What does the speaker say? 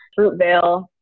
Fruitvale